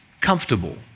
comfortable